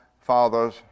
father's